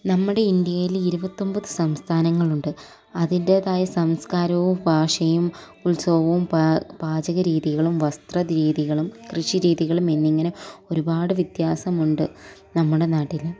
നമ്മുടെ ഇന്ത്യയിൽ ഇരുപത്തി ഒൻപത് സംസ്ഥാനങ്ങളുണ്ട് അതിൻറ്റേതായ സംസ്കാരവും ഭാഷയും ഉത്സവവും പാചകം പാചകരീതികളും വസ്ത്ര രീതികളും കൃഷി രീതികളും എന്നിങ്ങനെ ഒരുപാട് വ്യത്യാസമുണ്ട് നമ്മുടെ നാട്ടിൽ